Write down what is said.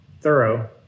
thorough